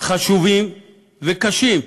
חשובים וקשים,